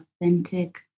authentic